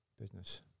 business